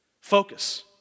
Focus